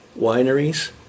wineries